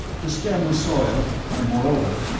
the stem was soiled and, moreover,